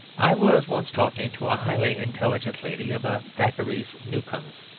i was once talking to a highly intelligent lady about thackeray's newcomes.